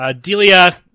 Delia